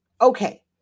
okay